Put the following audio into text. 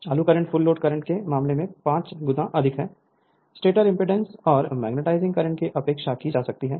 चालू current full load current के मामले में पांच टाइम अधिक है स्टेटर एमपीडांस और मैग्नेटाइजिंग करंट की उपेक्षा की जा सकती है